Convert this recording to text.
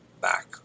Back